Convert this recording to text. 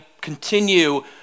continue